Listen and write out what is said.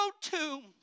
tomb